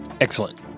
Excellent